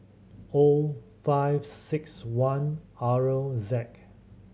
O five six one R Z